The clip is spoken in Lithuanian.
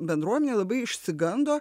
bendruomenė labai išsigando